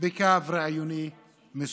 בקו רעיוני מסוים.